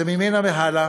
זה ממנה והלאה.